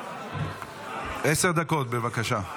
עשר דקות, בבקשה.